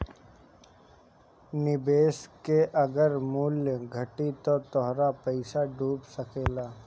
निवेश के अगर मूल्य घटी त तोहार पईसा डूब सकेला